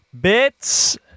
Bits